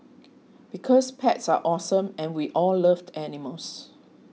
because pets are awesome and we all love the animals